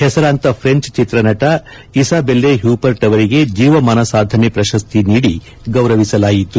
ಹೆಸರಾಂತ ಫ್ರೆಂಚ್ ಚಿತ್ರನಟ Isabelle Huppert ಅವರಿಗೆ ಜೀವಮಾನ ಸಾಧನೆ ಪ್ರಶಸ್ತಿ ನೀಡಿ ಗೌರವಿಸಲಾಯಿತು